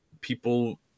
people